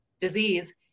disease